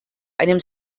einem